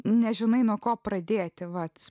nežinai nuo ko pradėti vat